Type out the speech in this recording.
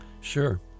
Sure